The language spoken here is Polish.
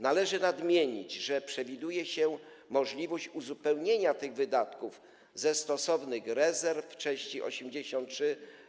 Należy nadmienić, że przewiduje się możliwość uzupełnienia tych wydatków ze stosownych rezerw - w części 83: